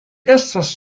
estas